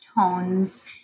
tones